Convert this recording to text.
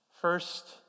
first